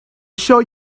show